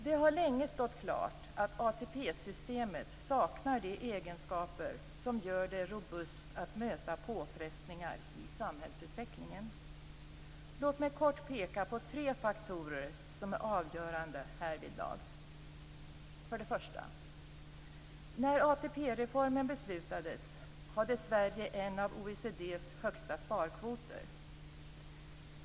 Det länge stått klart att ATP systemet saknar de egenskaper som gör det robust nog att möta påfrestningar i samhällsutvecklingen. Låt mig kort peka på tre faktorer som är avgörande härvidlag. OECD:s högsta sparkvoter.